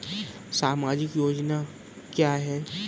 सामाजिक योजना क्या है?